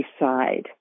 side